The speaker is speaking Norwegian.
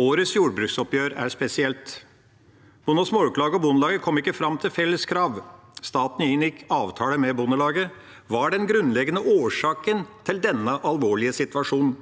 Årets jordbruksoppgjør er spesielt. Norsk Bonde- og Småbrukarlag og Norges Bondelag kom ikke fram til felles krav, og staten inngikk avtale med Norges Bondelag. Hva er den grunnleggende årsaken til denne alvorlige situasjonen?